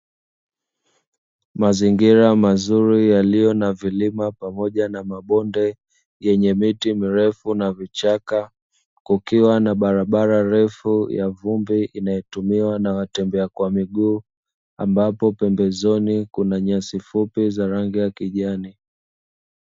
Mazingira mazuri yaliyo na vilima pamoja na mabonde yenye miti mirefu na vichaka, kukiwa na barabara refu ya vumbi inayotumiwa na watembea kwa miguu ambapo pembezoni kuna nyasi fupi za rangi ya kijani.